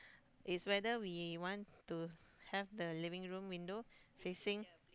is whether we want to have the living room window facing